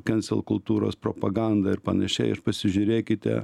kansel kultūros propaganda ir panašiai ir pasižiūrėkite